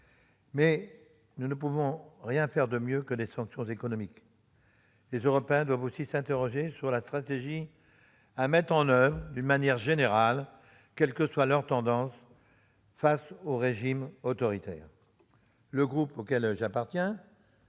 Nous ne pouvons rien faire de mieux que d'imposer des sanctions économiques. Les Européens doivent s'interroger sur la stratégie à mettre en oeuvre, d'une manière générale et quelles que soient leurs tendances, face aux régimes autoritaires. Le groupe auquel j'appartiens,